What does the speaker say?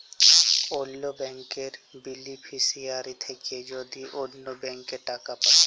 অল্য ব্যাংকের বেলিফিশিয়ারি থ্যাকে যদি অল্য ব্যাংকে টাকা পাঠায়